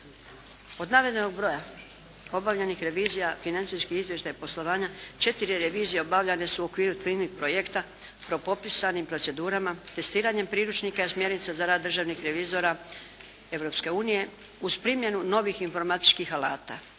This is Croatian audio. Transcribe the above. Od navedenog broja obavljenih revizija financijski izvještaj poslovanja četiri revizije obavljane su u okviru ciljnih projekta po propisanim procedurama, testiranjem priručnika i smjernica za rad državnih revizora Europske unije uz primjenu novih informatičkih alata.